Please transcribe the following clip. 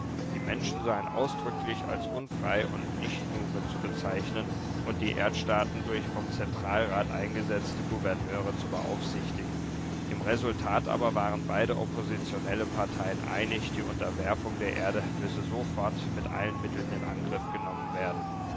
die menschen seien ausdrücklich als unfrei und nicht nume zu bezeichnen und die erdstaaten durch vom zentralrat eingesetzte gouverneure zu beaufsichtigen im resultat aber waren beide oppositionelle parteien einig die unterwerfung der erde müsse sofort mit allen mitteln in angriff genommen werden